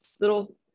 little